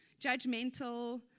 Judgmental